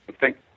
Thank